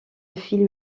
film